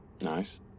Nice